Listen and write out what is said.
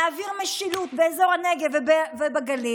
להעביר משילות באזור הנגב ובגליל.